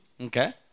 okay